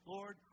Lord